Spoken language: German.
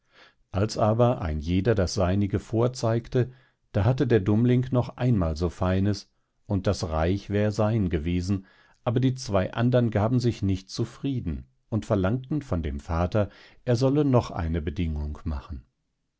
als aber ein jeder das seinige vorzeigte da hatte der dummling noch einmal so feines und das reich wär sein gewesen aber die zwei andern gaben sich nicht zufrieden und verlangten von dem vater er solle noch eine bedingung machen